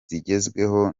zigezweho